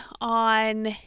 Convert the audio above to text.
on